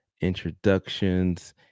introductions